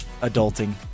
adulting